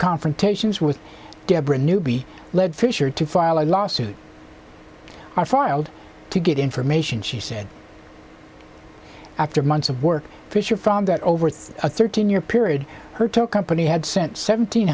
confrontations with debra newby led fisher to file a lawsuit are filed to get information she said after months of work fisher found that over a thirteen year period her took company had sent seventeen